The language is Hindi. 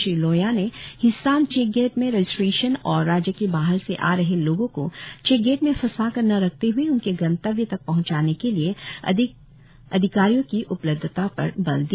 श्री लोया ने हिस्साम चेक गेट में रेजिस्ट्रेशन और राज्य के बाहर से आ रहे लोगों को चेक गेट में फंसाकर न रखते हए उनके गंतव्य तक पहँचाने के लिए अधिक अधिकारियों की उपलब्धता पर बल दिया